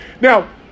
Now